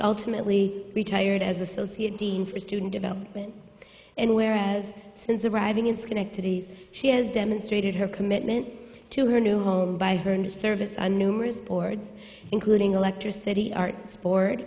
ultimately retired as associate dean for student development and whereas since arriving in schenectady she has demonstrated her commitment to her new home by her new service on numerous boards including electricity art